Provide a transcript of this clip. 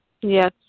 Yes